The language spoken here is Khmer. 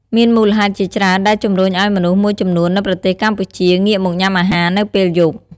មានមូលហេតុជាច្រើនដែលជំរុញឲ្យមនុស្សមួយចំនួននៅប្រទេសកម្ពុជា ងាកមកញ៉ាំអាហារនៅពេលយប់។